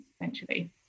essentially